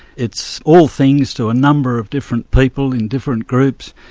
it's all things to a number of different people in different groups,